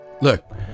Look